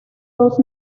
dos